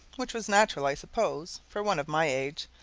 which was natural, i suppose, for one of my age,